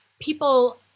people –